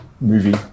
movie